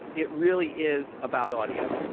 it really is about audio.